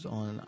on